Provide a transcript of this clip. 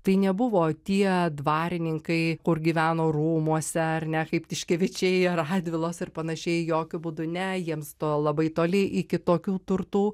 tai nebuvo tie dvarininkai kur gyveno rūmuose ar ne kaip tiškevičiai ar radvilos ir panašiai jokiu būdu ne jiems to labai toli iki tokių turtų